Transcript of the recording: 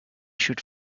should